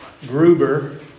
Gruber